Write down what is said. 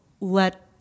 let